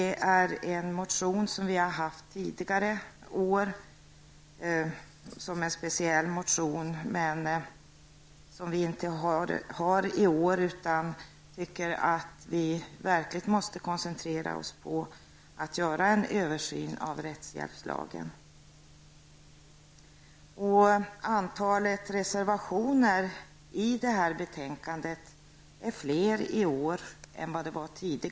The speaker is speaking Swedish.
Tidigare år har vi i detta sammanhang haft en speciell motion, som vi inte har väckt i år, eftersom vi tycker att vi måste koncentrera oss på en översyn av rättshjälpslagen. Antalet reservationer är större i detta betänkande än det var tidigare år i motsvarande betänkande.